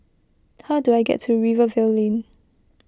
how do I get to Rivervale Lane